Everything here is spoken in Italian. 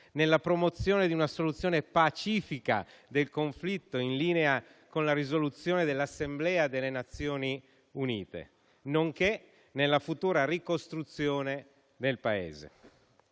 nella promozione di una soluzione pacifica del conflitto in linea con la risoluzione dell'Assemblea delle Nazioni Unite, nonché nella futura ricostruzione del Paese.